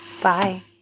Bye